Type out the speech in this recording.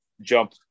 jump